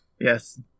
Yes